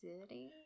city